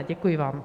Děkuji vám.